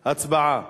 הצבעה.